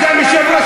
סגן יושב-ראש הכנסת,